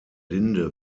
linde